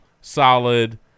solid